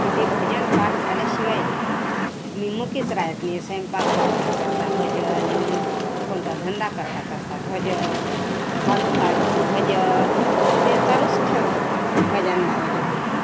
की ते भजन पाठ झाल्याशिवाय मी मुकीच रहात नाही स्वयंपाक करता करता भजन कोणता धंदा करता करता भजन झाडून काढलं तर भजन ते चालूच ठेवतो गजानन बाबाचे भजनं